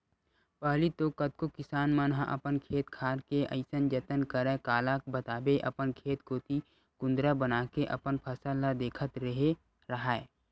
पहिली तो कतको किसान मन ह अपन खेत खार के अइसन जतन करय काला बताबे अपन खेत कोती कुदंरा बनाके अपन फसल ल देखत रेहे राहय